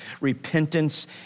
Repentance